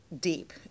deep